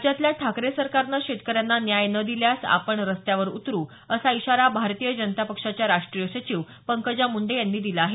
राज्यातल्या ठाकरे सरकारनं शेतकऱ्यांना न्याय न दिल्यास आपण रस्त्यावर उतरु असा इशारा भारतीय जनता पक्षाच्या राष्ट्रीय सचिव पंकजा मुंडे यांनी दिला आहे